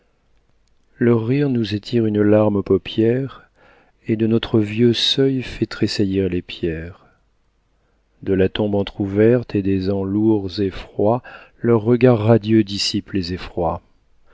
leur rire nous attire une larme aux paupières et de notre vieux seuil fait tressaillir les pierres de la tombe entr'ouverte et des ans lourds et froids leur regard radieux dissipe les effrois